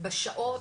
בשעות,